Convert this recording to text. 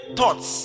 thoughts